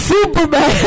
Superman